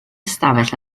ystafell